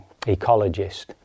ecologist